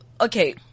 Okay